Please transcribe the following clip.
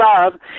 love